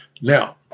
Now